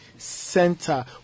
Center